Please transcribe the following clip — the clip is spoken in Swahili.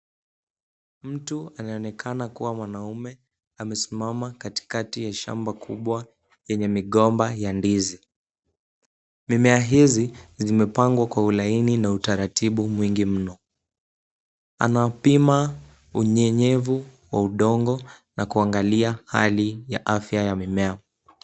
Mtu anayeonekana kuwa mwanamume, amesimama katikati ya shamba kubwa lenye migomba ya ndizi. Mimea hizi zimepangwa kwa ulaini na utaratibu mwingi mno. Anaupima unyenyevu wa udongo na kuangalia hali ya afya ya mimea.